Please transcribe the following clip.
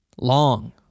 long